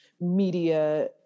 media